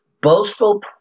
boastful